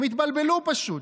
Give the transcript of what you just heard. הם התבלבלו פשוט.